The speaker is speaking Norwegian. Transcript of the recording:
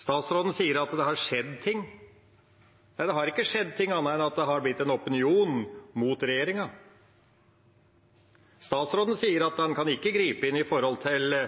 Statsråden sier at det har skjedd ting. Nei, det har ikke skjedd ting – annet enn at det har blitt en opinion mot regjeringa. Statsråden sier at han ikke kan gripe inn, i henhold til